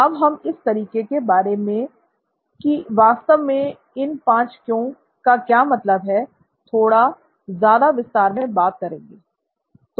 अब हम इस तरीके के बारे में की वास्तव में इन 5 "क्यों" का क्या मतलब है थोड़ा ज्यादा विस्तार में बात करेंगे